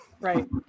Right